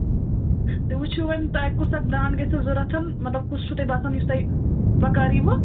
تُہۍ وٕچھِو وۄنۍ تۄہہِ کُس اکھ برانڈ گژھِ ضوٚرتھ مطلب کُس چھُو تۄہہِ باسان یُس تۄہہِ بَکار ییٖوٕ